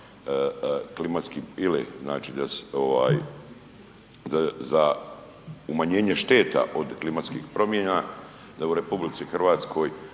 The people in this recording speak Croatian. za umanjenje šteta od klimatskih promjena, da u RH o bitnim stvarima